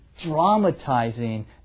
dramatizing